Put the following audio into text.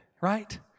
right